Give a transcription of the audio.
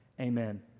amen